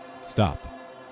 stop